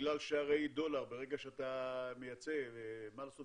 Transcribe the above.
בגלל שהדולר, ברגע שאתה מייצג גז, מה לעשות